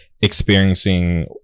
experiencing